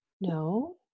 No